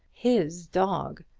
his dog!